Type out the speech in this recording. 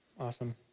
Awesome